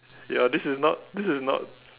ya this is not this is not